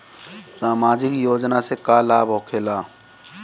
समाजिक योजना से का लाभ होखेला?